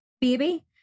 baby